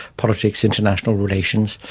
politics, international relations,